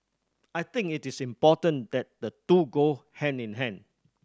I think it is important that the two go hand in hand